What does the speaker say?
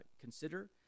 consider